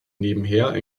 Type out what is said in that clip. nebenher